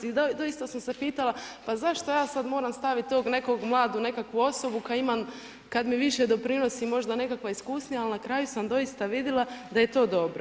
I doista sam se pitala pa zašto ja sada moram staviti tog nekog mladog, nekakvu osobu koju imam kada mi više doprinosi možda nekakva iskusnija ali na kraju sam doista vidjela da je to dobro.